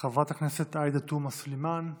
חברת הכנסת עאידה תומא סלימאן,